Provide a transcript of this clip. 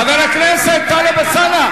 חבר הכנסת טלב אלסאנע.